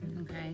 okay